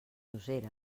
useres